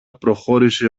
προχώρησε